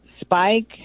spike